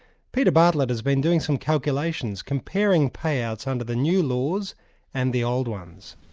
peter bartlett has been doing some calculations, comparing payouts under the new laws and the old ones.